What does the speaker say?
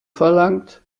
verlangt